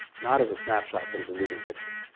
not as a snapshot but as a moving picture.